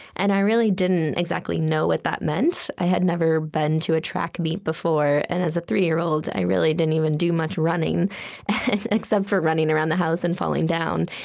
and i really didn't exactly know what that meant. i had never been to a track meet before, and as a three year old i really didn't even do much running except for running around the house and falling down.